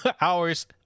hours